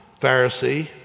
Pharisee